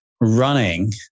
running